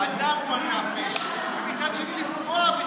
בנק הדם נותן שירות,